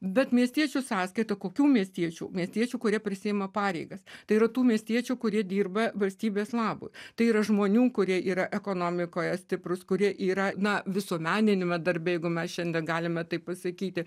bet miestiečių sąskaita kokių miestiečių miestiečių kurie prisiima pareigas tai yra tų miestiečių kurie dirba valstybės labui tai yra žmonių kurie yra ekonomikoje stiprūs kurie yra na visuomeniniame darbe jeigu mes šiandien galime taip pasakyti